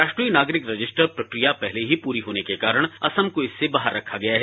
राष्ट्रीय नागरिक रजिस्टर प्रक्रिया पहले ही पूरी होने के कारण असम को इससे बाहर रखा गया है